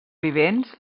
vivents